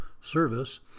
service